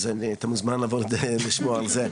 אז אתה מוזמן לבוא לשמוע על זה,